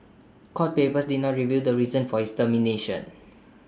court papers did not reveal the reason for his termination